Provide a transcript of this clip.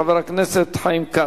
חבר הכנסת חיים כץ.